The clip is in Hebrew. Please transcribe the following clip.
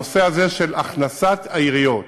הנושא הזה של הכנסת העיריות,